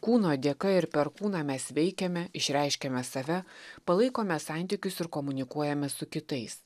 kūno dėka ir per kūną mes veikiame išreiškiame save palaikome santykius ir komunikuojame su kitais